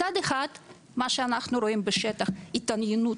מצד אחד מה שאנחנו רואים בשטח, התעניינות,